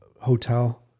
hotel